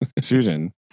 Susan